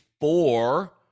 four